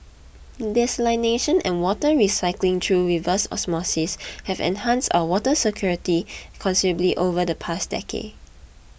desalination and water recycling through reverse osmosis have enhanced our water security considerably over the past decade